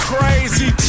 Crazy